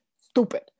stupid